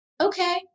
okay